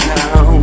now